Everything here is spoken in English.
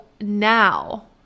now